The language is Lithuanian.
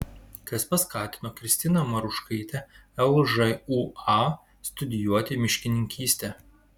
kas paskatino kristiną maruškaitę lžūa studijuoti miškininkystę